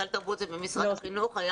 סל תרבות זה במשרד החינוך.